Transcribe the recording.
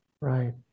right